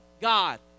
God